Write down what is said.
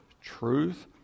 truth